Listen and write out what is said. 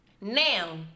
Now